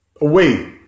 away